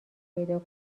پیدا